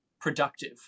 productive